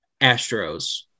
Astros